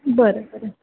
बरं बरं